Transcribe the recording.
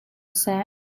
seh